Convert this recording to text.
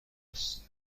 است